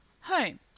Home